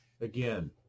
Again